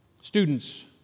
Students